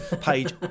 page